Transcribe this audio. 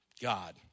God